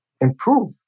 improve